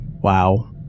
wow